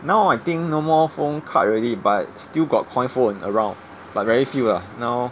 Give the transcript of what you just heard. now I think no more phone card already but still got coin phone around but very few lah now